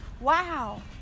wow